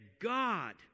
God